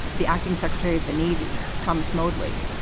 the acting secretary of the navy, thomas moodley,